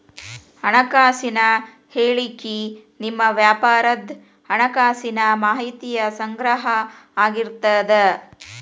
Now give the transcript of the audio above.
ಹಣಕಾಸಿನ ಹೇಳಿಕಿ ನಿಮ್ಮ ವ್ಯಾಪಾರದ್ ಹಣಕಾಸಿನ ಮಾಹಿತಿಯ ಸಂಗ್ರಹ ಆಗಿರ್ತದ